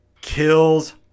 Kills